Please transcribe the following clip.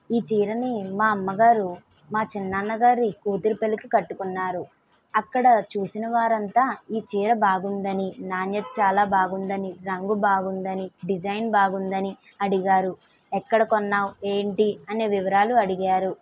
ఈ చీరని మా అమ్మగారు మా చిన్నాన్న గారి కూతురి పెళ్ళికి కట్టుకున్నారు అక్కడ చూసిన వారంతా ఈ చీర బాగుందని నాణ్యత చాలా బాగుందని రంగు బాగుందని డిజైన్ బాగుందని అడిగారు ఎక్కడ కొన్నావు ఏంటి అని వివరాలు అడిగారు